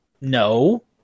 no